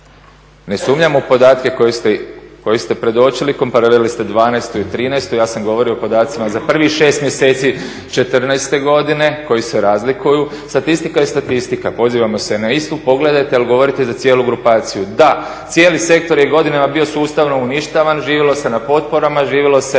Ne sumnjam u podatke koje ste predočili, komparirali ste 2012. i 2013., ja sam govorio o podacima za prvih 6 mjeseci 2014. godine koji se razlikuju. Statistika je statistika, pozivamo se na istu, pogledajte ali govorite za cijelu grupaciju. Da, cijeli sektor je godinama bio sustavno uništavan, živjelo se na potporama, živjelo se